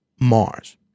Mars